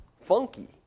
funky